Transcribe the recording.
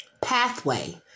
pathway